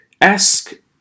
ask